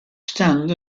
stand